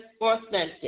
authentic